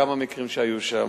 כמה מקרים שהיו שם.